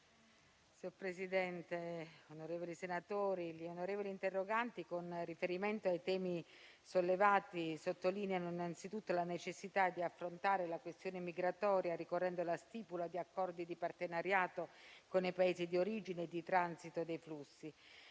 Signor Presidente, onorevoli senatori, gli onorevoli interroganti, con riferimento ai temi sollevati sottolineano innanzitutto la necessità di affrontare la questione migratoria ricorrendo alla stipula di accordi di partenariato con i Paesi di origine e di transito dei flussi.